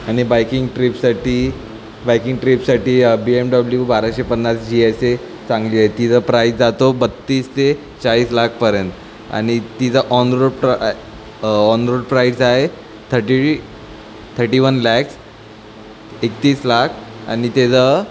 आणि बायकिंग ट्रिपसाठी बायकिंग ट्रिपसाठी बी एम डब्ल्यू बाराशे पन्नास जी एस ए चांगली आहे तिचं प्राईज जातो बत्तीस ते चाळीस लाखपर्यंत आणि तिचं ऑन रोड प्र ऑन रोड प्राईज आहे थर्टी थर्टी वन लॅक्स एकतीस लाख आणि त्याचं